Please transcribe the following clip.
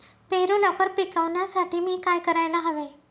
पेरू लवकर पिकवण्यासाठी मी काय करायला हवे?